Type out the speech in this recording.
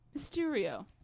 Mysterio